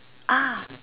ah